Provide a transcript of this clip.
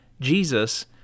Jesus